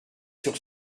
sur